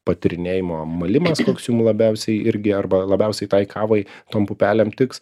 patyrinėjimo malimas koks jum labiausiai irgi arba labiausiai tai kavai tom pupelėm tiks